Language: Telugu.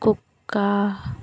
కుక్క